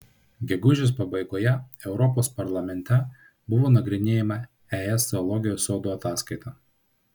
gegužės pabaigoje europos parlamente buvo nagrinėjama es zoologijos sodų ataskaita